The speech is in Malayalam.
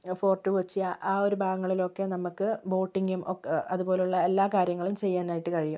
ഫോർട്ട് കൊച്ചി ആ ഒരു ഭാഗങ്ങളിലൊക്കെ നമുക്ക് ബോട്ടിങ്ങും ഒക്കെ അതുപോലെയുള്ള എല്ലാ കാര്യങ്ങളും ചെയ്യാനായിട്ട് കഴിയും